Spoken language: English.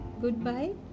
goodbye